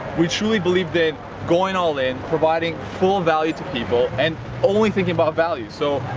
we truly believe that going all in, providing full value to people, and only thinking about value, so,